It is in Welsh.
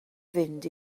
fynd